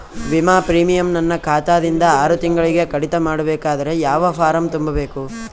ವಿಮಾ ಪ್ರೀಮಿಯಂ ನನ್ನ ಖಾತಾ ದಿಂದ ಆರು ತಿಂಗಳಗೆ ಕಡಿತ ಮಾಡಬೇಕಾದರೆ ಯಾವ ಫಾರಂ ತುಂಬಬೇಕು?